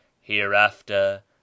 hereafter